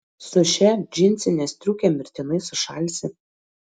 su šia džinsine striuke mirtinai sušalsi